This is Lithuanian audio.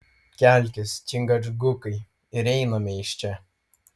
kelkis čingačgukai ir einame iš čia